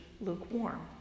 lukewarm